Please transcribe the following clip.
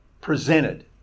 presented